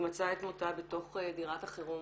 היא מצאה את מותה בתוך דירת החירום